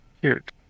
Cute